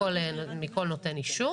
מכל נותן אישור.